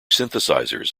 synthesizers